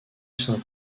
saint